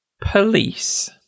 Police